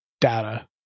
data